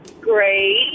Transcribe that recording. Great